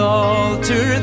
altar